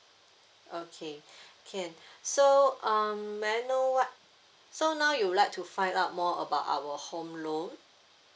okay can so um may I know what so now you would like to find out more about our home loan